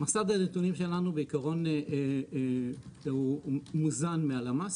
מוסד הנתונים שלנו, בעיקרון, הוא מוזן מהלמ"ס,